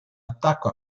attacco